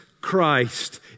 Christ